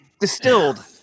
distilled